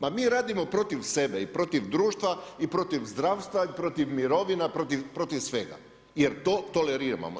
Pa mi radimo protiv sebe i protiv društva i protiv zdravstva i protiv mirovina i protiv svega, jer to toleriramo.